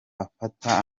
afata